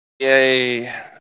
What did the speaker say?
Yay